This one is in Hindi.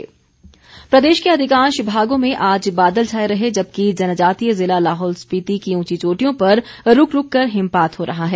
मौसम प्रदेश के अधिकांश भागों में आज बादल छाए रहे जबकि जनजातीय ज़िला लाहौल स्पिति की ऊंची चोटियों पर रूक रूक कर हिमपात हो रहा है